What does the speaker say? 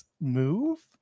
move